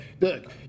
Look